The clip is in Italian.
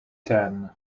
ten